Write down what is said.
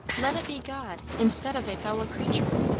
let it be god, instead of a fellow-creature.